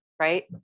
right